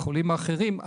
החולים האחרים,